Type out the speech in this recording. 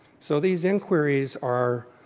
so these inquiries are.